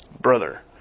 brother